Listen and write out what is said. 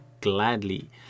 gladly